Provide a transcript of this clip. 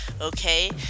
Okay